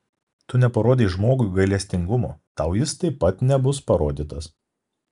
tu neparodei žmogui gailestingumo tau jis taip pat nebus parodytas